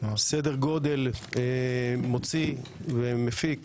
מוציא ומפיק